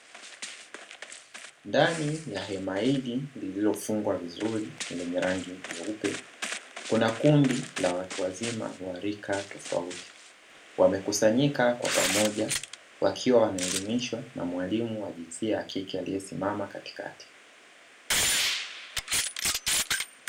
Ndani ya hema hili lililofungwa vizuri lenye rangi nyeupe, kuna kundi la watu wazima wa rika tofauti. Wamekusanyika kwa pamoja wakiwa wanaelimishwa na mwalimu wa jinsia ya kike aliyesimama katikati.